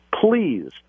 Please